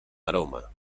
aroma